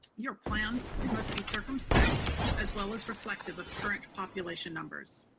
your plans must be circumspect as well as reflective of current population numbers.